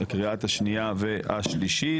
קריאת השנייה והשלישית.